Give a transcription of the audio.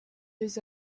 his